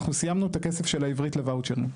אנחנו סיימנו את הכסף של העברת לוואוצ'רים.